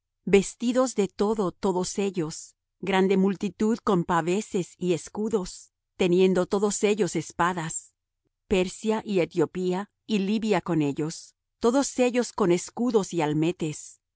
vestidos de todo todos ellos grande multitud con paveses y escudos teniendo todos ellos espadas persia y etiopía y libia con ellos todos ellos con escudos y almetes